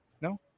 No